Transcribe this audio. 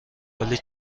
ولی